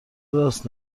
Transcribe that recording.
راست